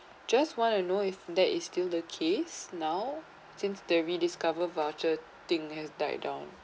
just want to know if there is still the case now since the rediscover voucher thing has died down